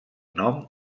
nom